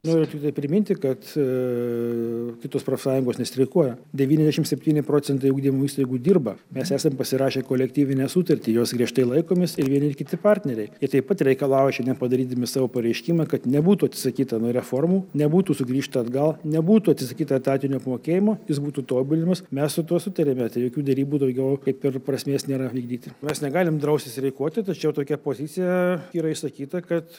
noriu tiktai priminti kad ir kitos profsąjungos nestreikuoja devyniasdešimt septyni procentai ugdymo įstaigų dirba mes esam pasirašę kolektyvinę sutartį jos griežtai laikomės ir vieni ir kiti partneriai taip pat reikalauja šiandien nepadarydami savo pareiškimą kad nebūtų atsisakyta nuo reformų nebūtų sugrįžta atgal nebūtų atsisakyta etatinio apmokėjimo jis būtų tobulinamas mes su tuo sutarmė bet jokių derybų daugiau kaip ir prasmės nėra vykdyti mes negalim drausti streikuoti tačiau tokia pozicija yra išsakyta kad